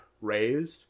raised